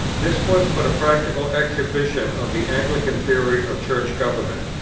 this was but a practical exhibition of the anglican theory of church government,